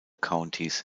countys